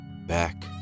back